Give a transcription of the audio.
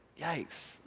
yikes